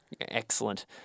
Excellent